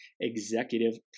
executive